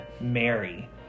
Mary